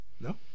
no